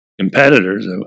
competitors